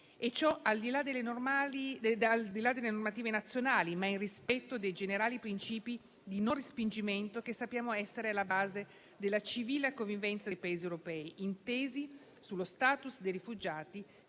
ciò al di là delle normative nazionali, ma in rispetto dei generali principi di non respingimento, che sappiamo essere alla base della civile convivenza tra i Paesi europei, sullo *status* di rifugiati,